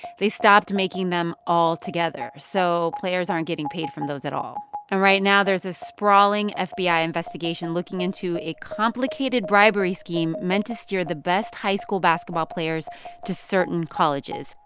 they stopped making them all together. so players aren't getting paid from those at all. and right now, there is a sprawling ah fbi investigation looking into a complicated bribery scheme meant to steer the best high school basketball players to certain colleges